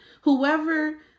Whoever